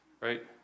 right